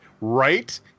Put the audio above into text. right